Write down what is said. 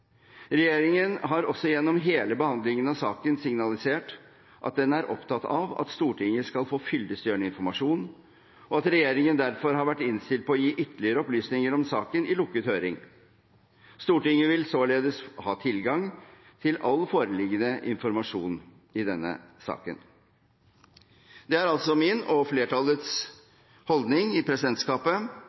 Regjeringen har også gjennom hele behandlingen av saken signalisert at den er opptatt av at Stortinget skal få fyllestgjørende informasjon, og at regjeringen derfor har vært innstilt på å gi ytterligere opplysninger om saken i lukket høring. Stortinget vil således ha tilgang til all foreliggende informasjon i denne saken. Det er altså min og flertallets holdning i presidentskapet